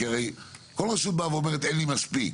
כי הרי, כל רשות באה ואומרת שאין לה מספיק.